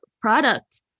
product